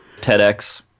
TEDx